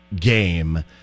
game